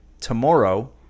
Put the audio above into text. tomorrow